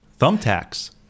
Thumbtacks